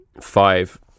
five